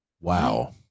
Wow